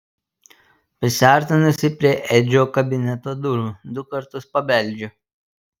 prisiartinusi prie edžio kabineto durų du kartus pabeldžiu